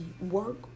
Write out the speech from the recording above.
work